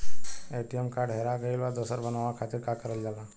ATM card हेरा गइल पर दोसर बनवावे खातिर का करल जाला?